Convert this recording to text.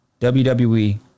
WWE